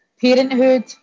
parenthood